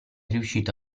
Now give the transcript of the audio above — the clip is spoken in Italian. riuscito